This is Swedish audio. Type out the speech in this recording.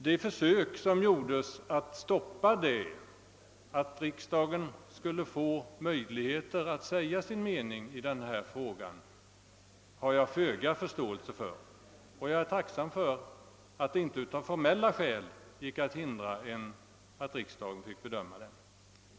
De försök som gjordes att stoppa riksdagens möjligheter att säga sin mening har jag föga förståelse för, och jag är tacksam för att det inte av formella skäl gick att hindra frågans behandling i riksdagen.